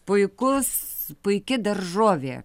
puikus puiki daržovė